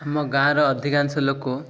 ଆମ ଗାଁର ଅଧିକାଂଶ ଲୋକ